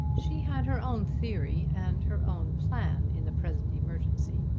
she had her own theory and her own plan in the present emergency.